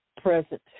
Present